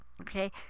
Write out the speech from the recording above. Okay